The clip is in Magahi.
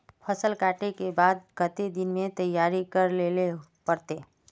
फसल कांटे के बाद कते दिन में तैयारी कर लेले पड़ते?